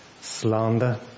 slander